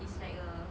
is like a